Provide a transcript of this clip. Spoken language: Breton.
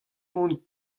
mont